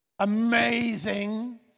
amazing